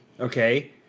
okay